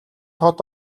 хот